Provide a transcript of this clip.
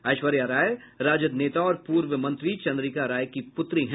ऐश्वर्या राय राजद नेता और पूर्व मंत्री चंद्रिका राय की पुत्री है